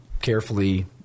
carefully